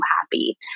happy